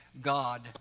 God